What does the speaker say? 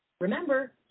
Remember